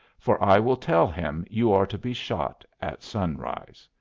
for i will tell him you are to be shot at sunrise.